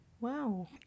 Wow